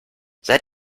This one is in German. seit